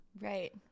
right